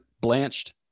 blanched